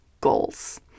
goals